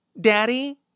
Daddy